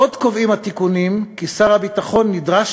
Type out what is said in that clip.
עוד קובעים התיקונים כי שר הביטחון נדרש